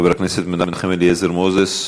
חבר הכנסת מנחם אליעזר מוזס,